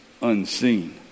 unseen